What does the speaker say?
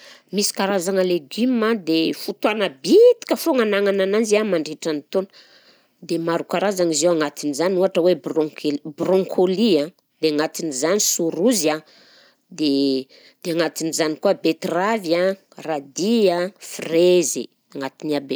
Misy karazana legioma dia fotoana bitika foagna anagnana ananjy an mandritra ny taona dia maro karazana izy io, agnatin'izany ohatra hoe bronce-broncoli, dia agnatin'izany choux rouge an, dia dia anatin'izany koa betiravy an, radis an, frezy, agnatiny aby